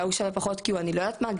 שההוא שווה פחות כי הוא אני לא יודעת מה,